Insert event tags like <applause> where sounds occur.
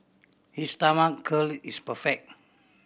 his <unintelligible> curl is perfect